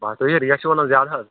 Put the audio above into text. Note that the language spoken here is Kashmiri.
بَہہ تُہۍ ہے ریٹ چھُو وَنان زیادٕ حظ